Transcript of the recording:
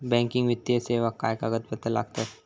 Banking वित्तीय सेवाक काय कागदपत्र लागतत?